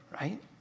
right